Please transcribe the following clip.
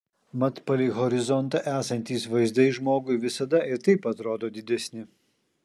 mat palei horizontą esantys vaizdai žmogui visada ir taip atrodo didesni